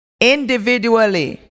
individually